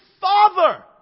father